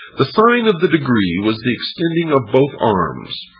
the sign of the degree was the extending of both arms.